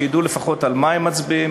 שידעו לפחות על מה הם מצביעים,